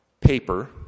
paper